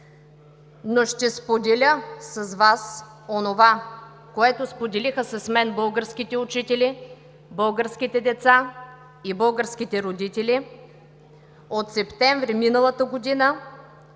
но ще споделя с Вас онова, което споделиха с мен българските учители, българските деца и българските родители от септември миналата година,